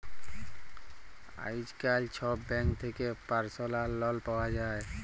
আইজকাল ছব ব্যাংক থ্যাকে পার্সলাল লল পাউয়া যায়